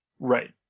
right